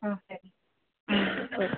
ஆ சரி ம் சரி